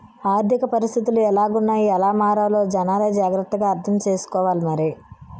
ఆర్థిక పరిస్థితులు ఎలాగున్నాయ్ ఎలా మారాలో జనాలే జాగ్రత్త గా అర్థం సేసుకోవాలి మరి